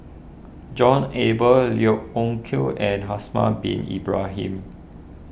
John Eber Yeo Hoe Koon and Haslir Bin Ibrahim